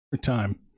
time